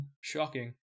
shocking